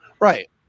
right